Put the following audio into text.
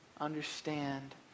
understand